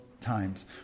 times